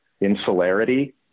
insularity